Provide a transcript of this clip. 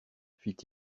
fit